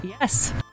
yes